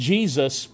Jesus